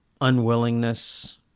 unwillingness